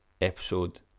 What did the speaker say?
episode